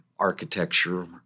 Architecture